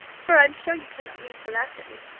for i am sure you cannot mean to laugh at me,